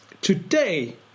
Today